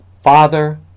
father